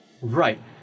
Right